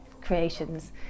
creations